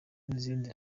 n’izindi